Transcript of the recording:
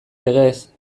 legez